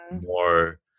more